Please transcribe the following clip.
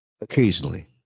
occasionally